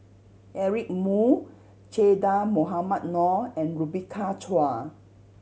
Eric Moo Che Dah Mohamed Noor and Rebecca Chua